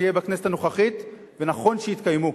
אהיה בכנסת הנוכחית ונכון שיתקיימו.